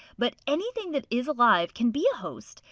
but anything that is alive can be a host,